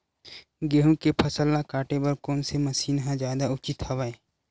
गेहूं के फसल ल काटे बर कोन से मशीन ह जादा उचित हवय?